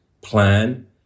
plan